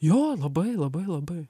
jo labai labai labai